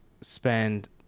spend